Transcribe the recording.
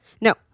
No